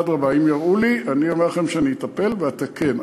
אדרבה, אם יראו לי, אני אומר לכם שאני אטפל ואתקן.